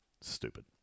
Stupid